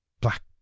black